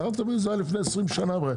טרכטנברג זה היה לפני 20 שנה,